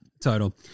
total